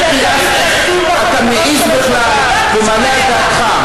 איך אתה מעז בכלל ומעלה על דעתך?